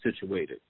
situated